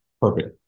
perfect